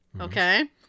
okay